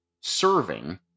serving